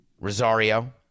Rosario